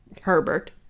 herbert